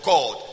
God